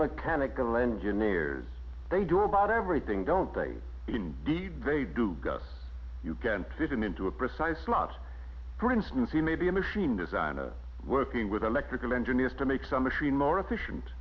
mechanical engineers they do about everything don't they indeed they do you can put it into a precise slot for instance he may be a machine design a working with electrical engineers to make some machine more efficient